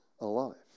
alive